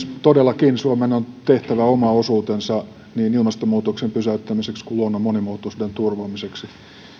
todellakin suomen on tehtävä oma osuutensa niin ilmastonmuutoksen pysäyttämiseksi kuin luonnon monimuotoisuuden turvaamiseksi